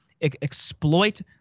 exploit